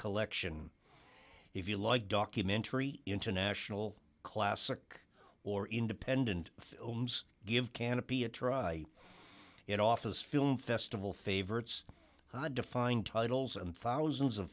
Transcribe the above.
collection if you like documentary international classic or independent films give canopy a try in office film festival favorites how to define titles and thousands of